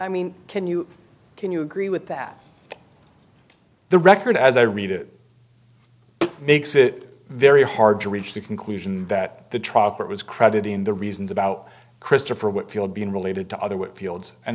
i mean can you can you agree with that the record as i read it makes it very hard to reach the conclusion that the trial court was credit in the reasons about christopher whitfield being related to other what fields and